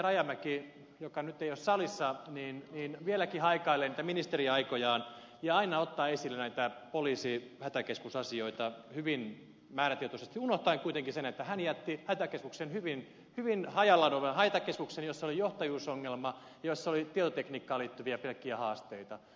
rajamäki joka nyt ei ole salissa vieläkin haikailee niitä ministeriaikojaan ja aina ottaa esille näitä poliisi ja hätäkeskusasioita hyvin määrätietoisesti unohtaen kuitenkin sen että hän jätti hyvin hajallaan olevan hätäkeskuslaitoksen jossa oli johtajuusongelma jossa oli tietotekniikkaan liittyen pelkkiä haasteita